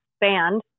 band